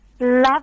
love